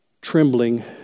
trembling